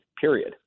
period